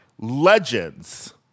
Legends